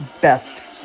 Best